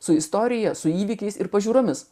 su istorija su įvykiais ir pažiūromis